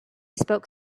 spoke